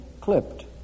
clipped